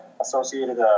associated –